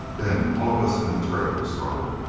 then all of us in the turret were startled.